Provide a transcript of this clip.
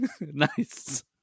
Nice